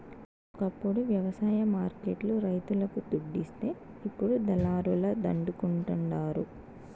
ఒకప్పుడు వ్యవసాయ మార్కెట్ లు రైతులకు దుడ్డిస్తే ఇప్పుడు దళారుల దండుకుంటండారు